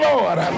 Lord